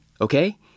okay